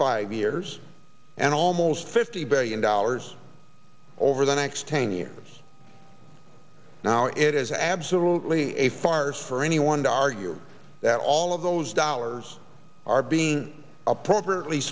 five years and almost fifty billion dollars over the next ten years now it is absolutely a farce for anyone to argue that all of those dollars are being appropriately